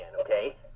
okay